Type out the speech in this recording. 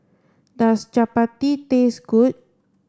does Chapati taste good